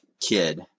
kid